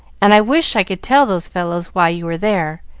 and i wish i could tell those fellows why you were there.